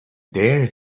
dare